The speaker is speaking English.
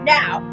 now